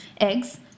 eggs